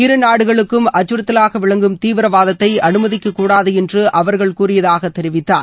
இருநாடுகளுக்கும் அச்சறுத்தவாக விளங்கும் தீவிரவாதத்தை அனுமதிக்கூடாது என்று அவர்கள் கூறியதாக தெரிவித்தார்